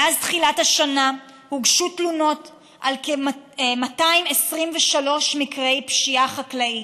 מאז תחילת השנה הוגשו תלונות על כ-223 מקרי פשיעה חקלאית.